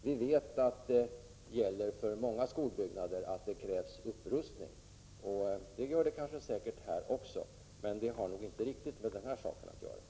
Vi vet att många skolbyggnader behöver upprustning, och det kan säkert gälla här också, men det har inte riktigt med den här saken att göra.